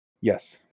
Yes